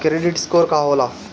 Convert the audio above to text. Credit score का होला?